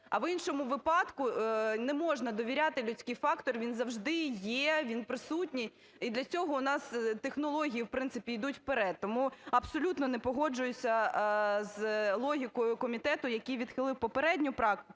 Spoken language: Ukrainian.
А в іншому випадку не можна довіряти, людський фактор, він завжди є, він присутній. І для цього у нас технології в принципі йдуть вперед. Тому абсолютно не погоджуюся з логікою комітету, який відхилив попередню правку.